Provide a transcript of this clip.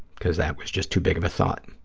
because that was just too big of a thought.